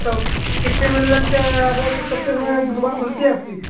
तो कितने में लग जाए आडर कितने समय तक दुकान खुलती है आपकी